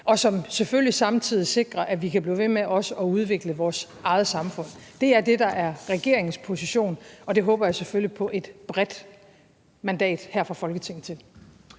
og som selvfølgelig samtidig sikrer, at vi kan blive ved med også at udvikle vores eget samfund. Det er det, der er regeringens position, og det håber jeg selvfølgelig på et bredt mandat her fra Folketinget til.